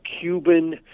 Cuban